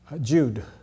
jude